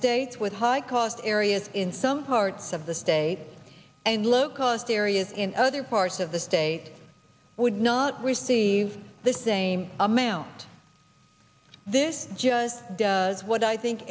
states with high cost areas in some parts of the state and low cost areas in other parts of the state would not receive the same amount this just what i think